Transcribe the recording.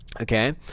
okay